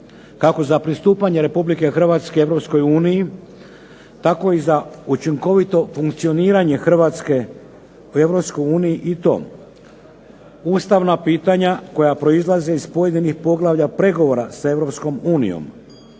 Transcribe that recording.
kako za pristupanje Republike Hrvatske EU tako i za učinkovito funkcioniranje Hrvatske u EU i to ustavna pitanja koja proizlaze iz pojedinih poglavlja pregovora sa EU,